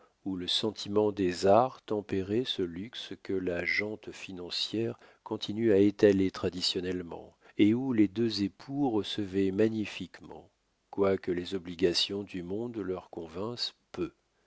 où le sentiment des arts tempérait ce luxe que la gent financière continue à étaler traditionnellement et où les deux époux recevaient magnifiquement quoique les obligations du monde leur convinssent peu